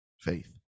faith